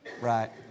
right